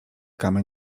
kamy